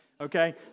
okay